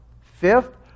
Fifth